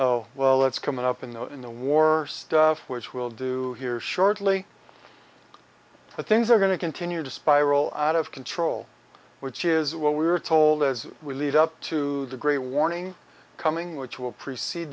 have well that's coming up in the in the war stuff which we'll do here shortly but things are going to continue to spiral out of control which is what we were told as we lead up to the great warning coming which will prece